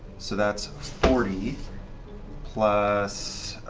so that's forty plus